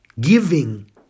Giving